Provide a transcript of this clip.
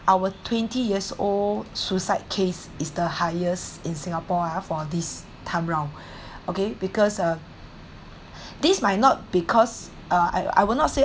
our twenty years old suicide case is the highest in singapore ah for this time round okay because uh this might not because I I will not say